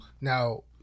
now